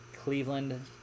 Cleveland